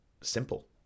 simple